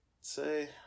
say